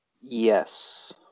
Yes